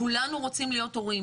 כולנו רוצים להיות הורים.